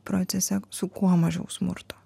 procese su kuo mažiau smurto